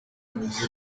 ameze